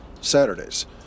saturdays